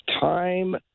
time